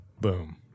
Boom